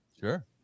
sure